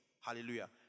Hallelujah